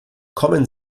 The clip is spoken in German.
kommen